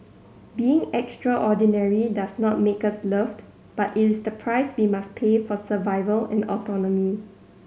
being extraordinary does not make us loved but it is the price we must pay for survival and autonomy